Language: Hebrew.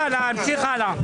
בבקשה, להמשיך הלאה.